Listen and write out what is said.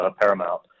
paramount